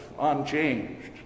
unchanged